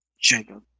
Jacob